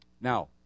Now